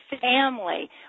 family